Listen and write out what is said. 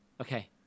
Okay